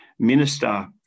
Minister